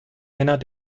einer